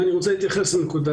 אני מבין שמדובר בנקודה